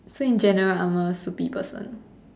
so in generally I'm a soupy person